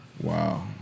Wow